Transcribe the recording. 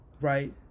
right